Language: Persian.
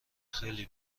خیلی